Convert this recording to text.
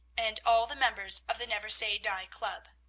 and all the members of the never say die club.